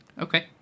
Okay